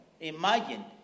imagine